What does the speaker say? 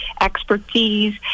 expertise